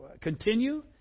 continue